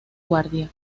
guardia